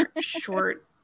short